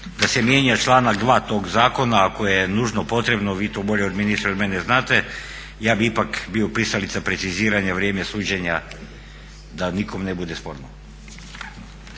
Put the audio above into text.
da se mijenja članak 2.tog zakona koje je nužno potrebno vi to bolje ministre od mene znate, ja bih ipak bio pristalica preciziranja vrijeme suđenja da nikom ne bude sporno.